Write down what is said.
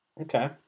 okay